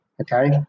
Okay